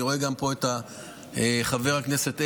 אני רואה פה גם את חבר הכנסת אלקין,